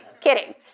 Kidding